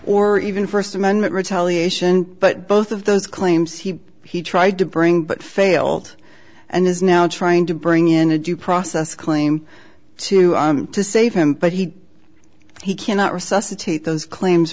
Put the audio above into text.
or even first amendment retaliate but both of those claims he he tried to bring but failed and is now trying to bring in a due process claim to to save him but he he cannot resuscitate those claims